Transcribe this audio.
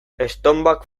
estonbak